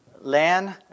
Land